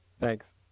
Thanks